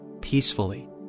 peacefully